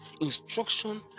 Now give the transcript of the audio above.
instruction